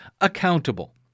accountable